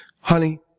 Honey